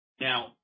Now